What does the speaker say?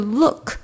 look